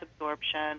absorption